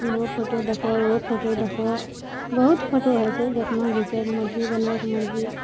इहो फोटो देखऽ ओहो फोटो देखऽ बहुत फोटो होइ छै जतना घिचैके मर्जी बनबैके मर्जी